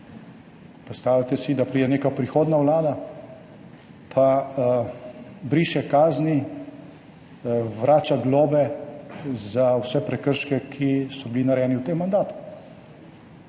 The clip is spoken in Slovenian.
Predstavljajte si, da pride neka prihodnja vlada pa briše kazni, vrača globe za vse prekrške, ki so bili narejeni v tem mandatu.